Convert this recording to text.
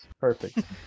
perfect